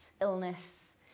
illness